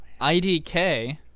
IDK